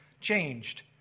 changed